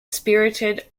spirited